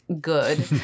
good